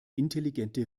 intelligente